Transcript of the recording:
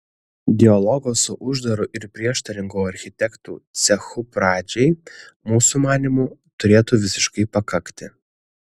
dialogo su uždaru ir prieštaringu architektų cechu pradžiai mūsų manymu turėtų visiškai pakakti